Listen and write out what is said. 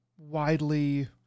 widely